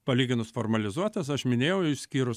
palyginus formalizuotas aš minėjau išskyrus